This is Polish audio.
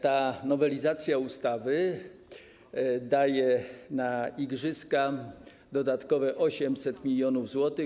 Ta nowelizacja ustawy daje na igrzyska dodatkowe 800 mln zł.